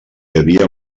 havia